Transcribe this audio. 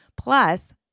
plus